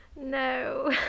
no